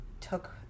took